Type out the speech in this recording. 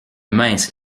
mince